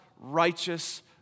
righteous